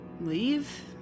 leave